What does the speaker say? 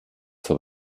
zur